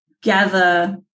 gather